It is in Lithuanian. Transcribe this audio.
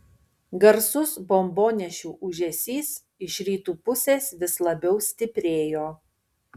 garsus bombonešių ūžesys iš rytų pusės vis labiau stiprėjo